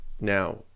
now